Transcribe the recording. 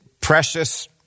precious